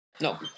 No